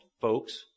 folks